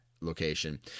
location